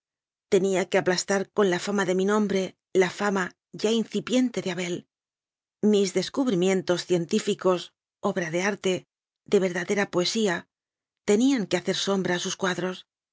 tenía que aplastar con la fama de mi nombre la fama ya incipiente de abel mis descubrimientos científicos obra de arte de verdadera poesía tenían que hacer sombra a sus cuadros